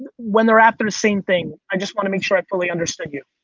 when they're after the same thing, i just wanna make sure i fully understood you.